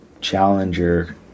challenger